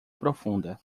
profunda